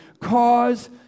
cause